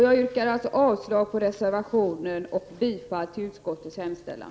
Jag yrkar avslag på reservationen och bifall till utskottets hemställan.